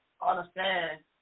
understand